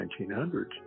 1900s